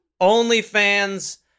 OnlyFans